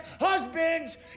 husbands